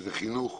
וזה חינוך,